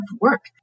work